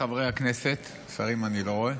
חברי הכנסת, שרים אני לא רואה,